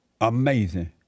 Amazing